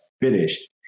finished